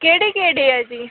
ਕਿਹੜੇ ਕਿਹੜੇ ਹੈ ਜੀ